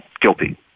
guilty